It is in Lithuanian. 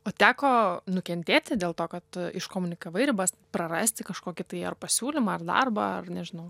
o teko nukentėti dėl to kad tu iškomunikavai ribas prarasti kažkokį tai ar pasiūlymą ar darbą ar nežinau